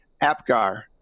Apgar